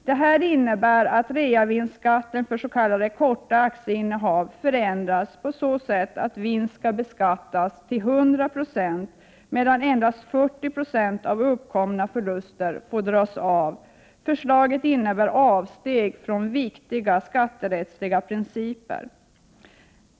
Detta innebär att reavinstskatten för s.k. korta aktieinnehav förändras på så sätt att vinst skall beskattas till 100 26, medan endast 40 70 av uppkomna förluster får dras av. Förslaget innebär avsteg från viktiga skatterättsliga principer.